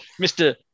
Mr